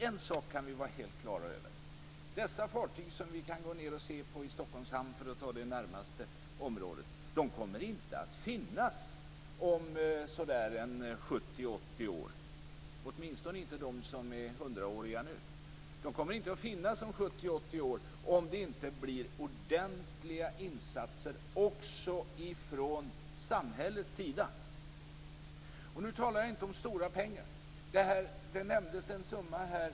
En sak kan vi vara helt på det klara med, nämligen att dessa fartyg som vi kan gå ned och se på i Stockholms hamn - för att ta det närmaste området - inte kommer att finnas om så där en 70-80 år, åtminstone inte de som är hundraåriga nu. De kommer inte att finnas om 70-80 år om det inte sker ordentliga insatser också från samhällets sida. Och nu talar jag inte om stora pengar. Det nämndes en summa här ...